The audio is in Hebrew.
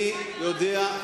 אני התנגדתי.